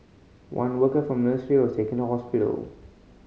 one worker from nursery was taken to hospital